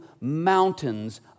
mountains